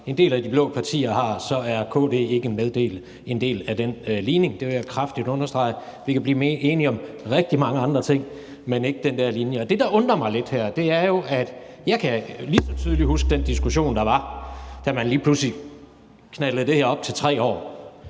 en del af de blå partier har, så er KD ikke en del af den ligning. Det vil jeg kraftigt understrege. Vi kan blive enige om rigtig mange andre ting, men ikke den der linje. Jeg kan lige så tydeligt huske den diskussion, der var, da man lige pludselig knaldede det her op til 3 år.